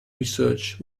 research